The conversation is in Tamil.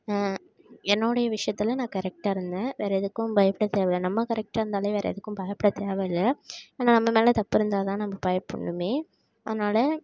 என்னோடைய விஷயத்தில் நான் கரெக்ட்டாக இருந்தேன் வேற எதுக்கும் பயப்பட தேவையில்லை நம்ம கரெக்ட்டாக இருந்தாலே வேறே எதுக்கும் பயப்பட தேவையில்லை ஏன்னா நம்ம மேலே தப்பு இருந்தால்தான் நம்ம பயப்படணும் அதனால்